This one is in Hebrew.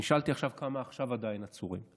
נשאלתי עכשיו כמה עכשיו עדיין עצורים.